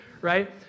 right